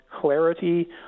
clarity